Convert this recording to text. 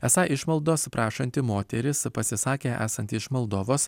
esą išmaldos prašanti moteris pasisakė esanti iš moldovos